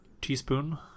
teaspoon